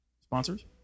Sponsors